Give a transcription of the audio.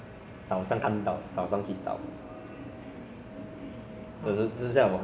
so firstly the first wish is definitely ah world peace loh